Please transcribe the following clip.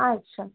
अच्छा